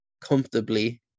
comfortably